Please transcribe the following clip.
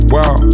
Wow